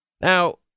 Now